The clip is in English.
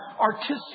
artistic